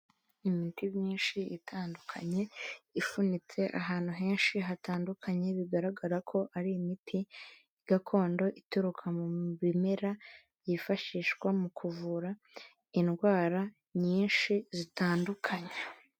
Imiti myinshi itandukanye ifunitse ahantu henshi hatandukanye, bigaragara ko ari imiti gakondo ituruka mu bimera byifashishwa mu kuvura indwara nyinshi zitandukanye.